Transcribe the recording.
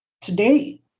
Today